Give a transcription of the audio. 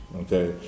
okay